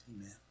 Amen